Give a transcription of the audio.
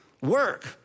work